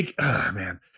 man